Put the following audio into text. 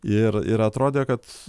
ir ir atrodė kad